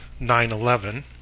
9-11